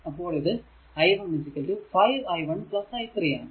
അപ്പോൾ ഇത് i 1 5 i 1 i 3 ആണ്